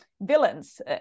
villains